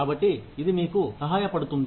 కాబట్టి ఇది మీకు సహాయపడుతుంది